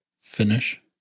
finish